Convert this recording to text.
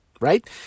Right